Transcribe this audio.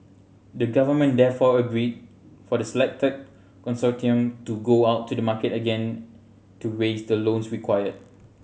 the government therefore agreed for the selected consortium to go out to the market again to raise the loans required